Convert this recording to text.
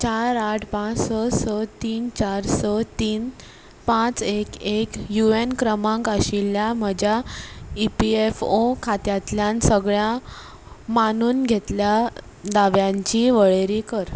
चार आट पांच स स तीन चार स तीन पांच एक एक यु एन क्रमांक आशिल्ल्या म्हज्या ई पी एफ ओ खात्यातल्यान सगळ्या मानून घेतल्या दाव्यांची वळेरी कर